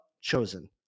chosen